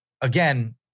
again